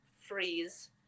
Freeze